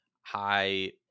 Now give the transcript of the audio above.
high